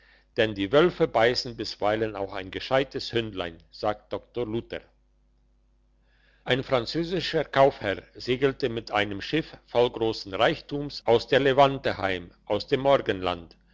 denn die wölfe beissen bisweilen auch ein gescheites hündlein sagt doktor luther ein französischer kaufherr segelte mit einem schiff voll grossen reichtums aus der levante heim aus dem morgenland